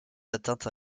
atteintes